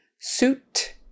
suit